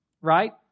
right